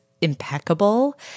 impeccable